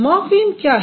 morpheme क्या है